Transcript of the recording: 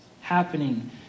happening